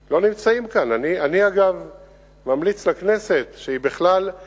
לשאול: 1. אילו תקציבים מופנים לטיפול בנושא הבטיחות